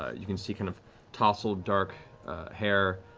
you can see kind of tousled dark hair,